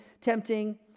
tempting